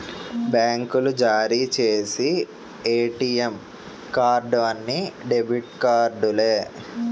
బ్యాంకులు జారీ చేసి ఏటీఎం కార్డు అన్ని డెబిట్ కార్డులే